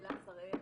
אלה שראל.